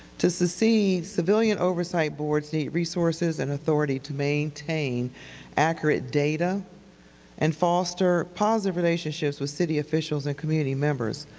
to succeed, civilian oversight boards need resources and authority to maintain accurate data and foster positive relationships with city officials and community members,